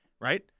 right